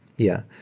yeah.